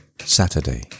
Saturday